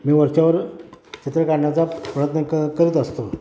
मी वरच्यावर चित्र काढण्याचा प्रयत्न क करीत असतो